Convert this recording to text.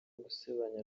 gusebanya